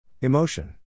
Emotion